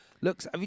Looks